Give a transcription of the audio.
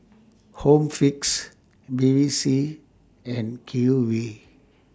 Home Fix Bevy C and Q V